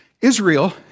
Israel